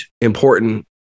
important